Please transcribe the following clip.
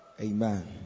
Amen